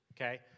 okay